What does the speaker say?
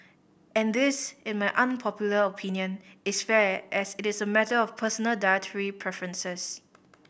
and this in my unpopular opinion is fair as it is a matter of personal dietary preferences